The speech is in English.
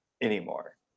anymore